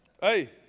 Hey